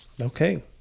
Okay